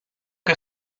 que